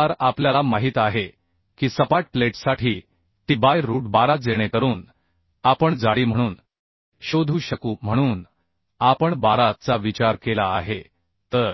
आता आर आपल्याला माहित आहे की सपाट प्लेटसाठी टी बाय रूट 12 जेणेकरून आपण जाडी म्हणून शोधू शकू म्हणून आपण 12 चा विचार केला आहे तर